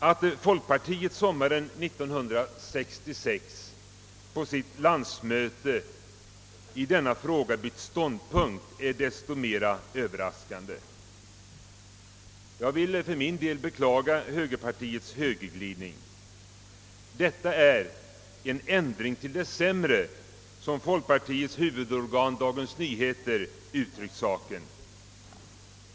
Att folkpartiet sommaren 1966 på sitt landsmöte bytt ståndpunkt i denna fråga är desto mer överraskande. Jag vill för min del beklaga folkpartiets högerglidning. Detta är »en ändring till det sämre» som folkpartiets huvudorgan Dagens Nyheter uttryckt saken.